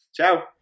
Ciao